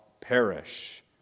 perish